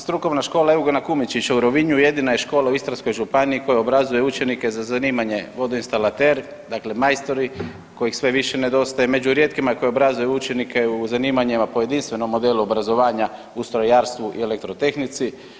Strukovna škola Eugena Kumičića u Rovinju jedina je škola u Istarskoj županiji koja obrazuje učenike za zanimanje vodoinstalater, dakle majstori kojih sve više nedostaje, među rijetkima je koji obrazuju učenike u zanimanjima po jedinstvenom modelu obrazovanja u strojarstvu i elektrotehnici.